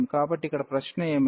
కాబట్టి ఇక్కడ ప్రశ్న ఏమిటి